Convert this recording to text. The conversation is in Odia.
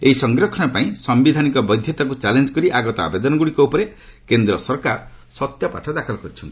ଏହି ସଂରକ୍ଷଣ ପାଇଁ ସାୟିଧାନିକ ବୈଧତାକୁ ଚ୍ୟାଲେଞ୍ଜ କରି ଆଗତ ଆବେଦନଗୁଡ଼ିକ ଉପରେ କେନ୍ଦ୍ର ସରକାର ସତ୍ୟପାଠ ଦାଖଲ କରିଛନ୍ତି